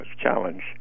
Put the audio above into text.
challenge